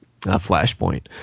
Flashpoint